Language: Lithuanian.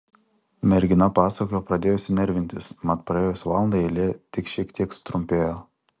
mergina pasakojo pradėjusi nervintis mat praėjus valandai eilė tik šiek tiek sutrumpėjo